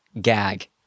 gag